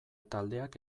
taldeak